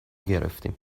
گرفتیم